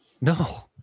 No